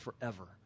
forever